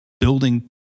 building